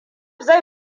zai